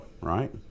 right